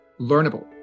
learnable